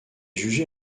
jugé